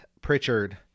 pritchard